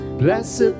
blessed